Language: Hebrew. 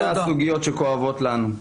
אלה הסוגיות שכואבות לנו.